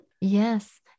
Yes